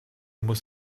muss